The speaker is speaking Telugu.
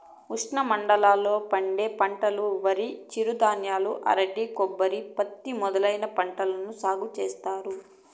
ఉష్ణమండలాల లో పండే పంటలువరి, చిరుధాన్యాలు, అరటి, కొబ్బరి, పత్తి మొదలైన పంటలను సాగు చేత్తారు